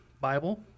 Bible